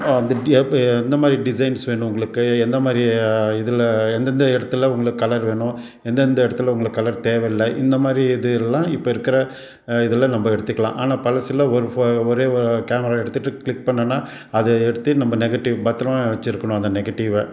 அது எப்படி எந்த மாதிரி டிசைன்ஸ் வேணும் உங்களுக்கு எந்த மாதிரி இதில் எந்தெந்த இடத்துல உங்களுக்கு கலர் வேணும் எந்தெந்த இடத்துல உங்களுக்கு கலர் தேவையில்ல இந்த மாதிரி இது எல்லாம் இப்போ இருக்கிற இதில் நம்ம எடுத்துக்கலாம் ஆனால் பழசுல ஒரு ஃபோ ஒரே ஒ கேமரா எடுத்துகிட்டு க்ளிக் பண்ணணுனா அதை எடுத்து நம்ம நெகட்டிவ் பத்திரமா வெச்சுருக்கணும் அந்த நெகட்டிவை